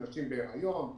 נשים בהיריון,